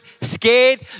scared